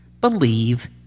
believe